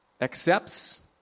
accepts